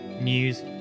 news